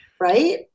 right